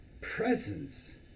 presence